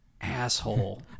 asshole